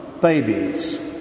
babies